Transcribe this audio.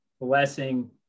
blessing